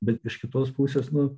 bet iš kitos pusės nu